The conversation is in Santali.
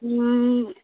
ᱩᱸ